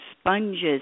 sponges